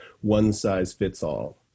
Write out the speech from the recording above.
one-size-fits-all